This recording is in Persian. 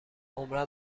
عمرا